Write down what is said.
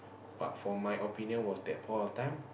but for my opinion was that point of time